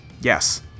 Yes